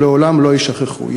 ולעולם לא יישכחו.